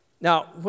Now